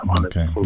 Okay